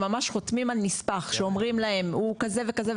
ממש חותמים על נספח שאומרים להם הוא כזה וכזה,